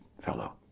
fellow